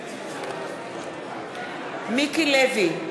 מיקי לוי,